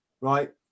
right